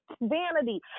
vanity